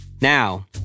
Now